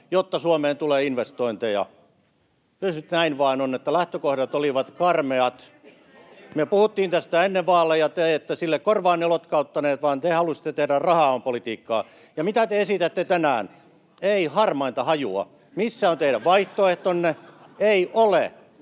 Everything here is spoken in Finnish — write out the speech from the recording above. jotta Suomeen tulee investointeja. Kyllä se nyt näin vaan on, että lähtökohdat olivat karmeat. Me puhuttiin tästä ennen vaaleja. Te ette sille korvaanne lotkauttaneet, vaan te halusitte tehdä rahaa on -politiikkaa. [Miapetra Kumpula-Natrin välihuuto] Ja mitä te esitätte tänään? Ei harmainta hajua. Missä on teidän vaihtoehtonne? Ei ole.